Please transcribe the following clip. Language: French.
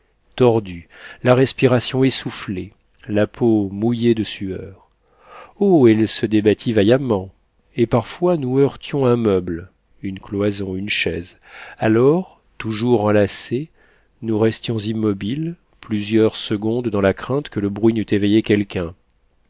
tordus la respiration essoufflée la peau mouillée de sueur oh elle se débattit vaillamment et parfois nous heurtions un meuble une cloison une chaise alors toujours enlacés nous restions immobiles plusieurs secondes dans la crainte que le bruit n'eût éveillé quelqu'un